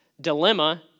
dilemma